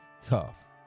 tough